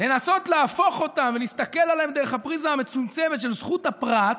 לנסות להפוך אותן ולהסתכל עליהן דרך הפריזמה המצומצמת של זכות הפרט,